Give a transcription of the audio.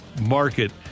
market